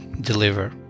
deliver